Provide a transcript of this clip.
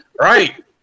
Right